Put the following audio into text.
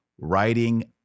writing